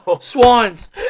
Swans